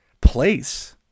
place